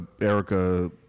Erica